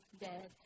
dead